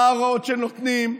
מה ההוראות שנותנים.